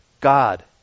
God